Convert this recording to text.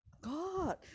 God